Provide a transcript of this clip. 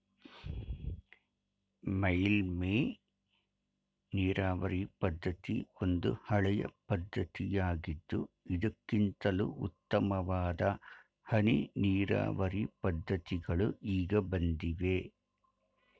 ಮೇಲ್ಮೈ ನೀರಾವರಿ ಪದ್ಧತಿ ಒಂದು ಹಳೆಯ ಪದ್ಧತಿಯಾಗಿದ್ದು ಇದಕ್ಕಿಂತಲೂ ಉತ್ತಮವಾದ ಹನಿ ನೀರಾವರಿ ಪದ್ಧತಿಗಳು ಈಗ ಬಂದಿವೆ